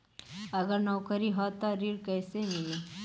अगर नौकरी ह त ऋण कैसे मिली?